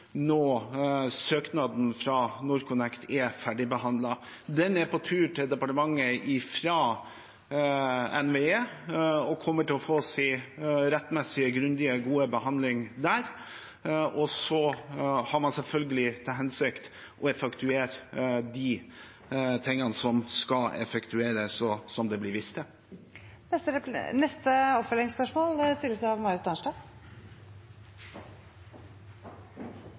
søknaden fra NorthConnect er ferdigbehandlet. Den er på tur til departementet fra NVE og kommer til å få sin rettmessige, grundige og gode behandling der, og så har man selvfølgelig til hensikt å effektuere de tingene som skal effektueres, og som det blir vist til. Marit Arnstad – til oppfølgingsspørsmål.